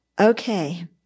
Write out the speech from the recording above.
Okay